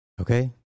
Okay